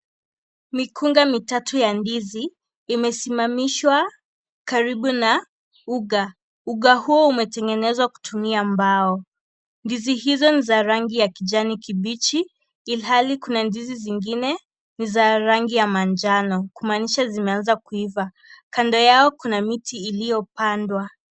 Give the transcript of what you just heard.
Mikunga mitatu ya ndizi imesimamishwa karibu na uga, uga huo umetengenezwa kutumia mbao, ndizi hizo ni za rangi ya kijani kibichi ilhali kuna ndizi zingine ni za rangi ya manjano kumaanisha zimeanza kuiva, kando yao kuna miti iliyopandwa.